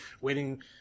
waiting